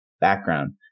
background